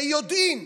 ביודעין.